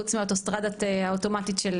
חוץ מהאוטוסטרדה האוטומטית של